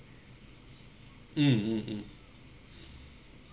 mm mm mm